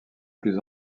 plus